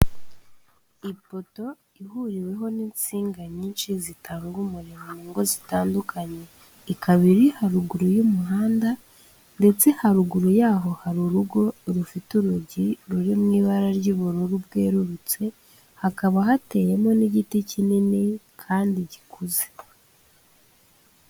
Ipoto ihuriweho n'insinga nyinshi zitanga umuriro mu ngo zitandukanye, ikaba iri haruguru y'umuhanda ndetse haruguru yaho hari urugo rufite urugi ruri mu ibara ry'ubururu bwerurutse, hakaba hateyemo n'igiti kinini kandi gikuze.